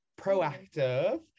Proactive